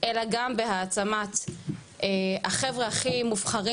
אלא גם בהעצמת החבר'ה הכי מובחרים